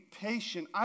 patient